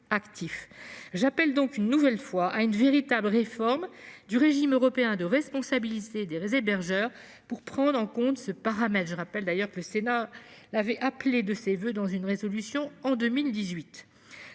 J'appelle donc une nouvelle fois à une véritable réforme du régime européen de responsabilité des hébergeurs, afin de prendre en compte ce paramètre. Je rappelle d'ailleurs que le Sénat l'avait appelé de ses voeux dans sa résolution